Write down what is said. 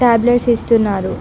tablets ఇస్తున్నారు